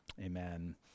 Amen